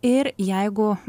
ir jeigu